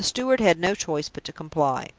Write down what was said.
the steward had no choice but to comply.